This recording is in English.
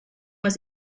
was